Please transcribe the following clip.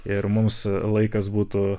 ir mums laikas būtų